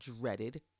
dreaded